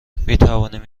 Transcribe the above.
میتوانیم